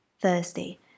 Thursday